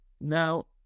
Now